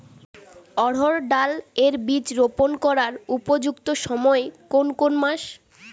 অড়হড় ডাল এর বীজ রোপন করার উপযুক্ত সময় কোন কোন মাস?